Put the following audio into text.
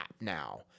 now